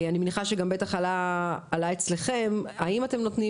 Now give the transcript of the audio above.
אני מניחה שגם בטח עלה אצלכם האם אתם נותנים